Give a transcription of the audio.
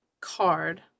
card